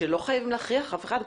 שלא חייבים להכריח אף אחד.